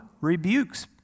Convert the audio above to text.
rebukes